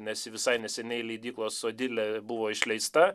nes visai neseniai leidyklos odilė buvo išleista